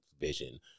vision